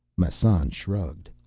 massan shrugged.